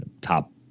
top